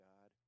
God